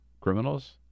criminals